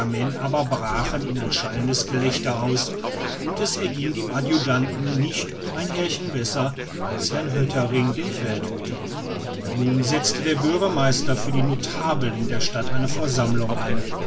aber brachen in ein schallendes gelächter aus und es erging dem adjutanten nicht um ein härchen besser als herrn hottering dem feldhüter nun setzte der bürgermeister für die notabeln der stadt eine versammlung an